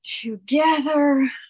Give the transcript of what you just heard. together